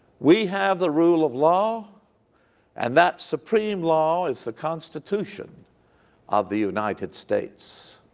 we have the rule of law and that supreme law is the constitution of the united states.